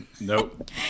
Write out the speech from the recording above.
Nope